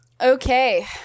Okay